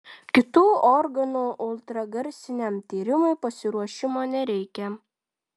kitų organų ultragarsiniam tyrimui pasiruošimo nereikia